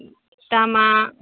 दामा